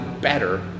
better